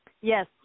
Yes